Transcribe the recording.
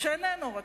שאיננו רצוי.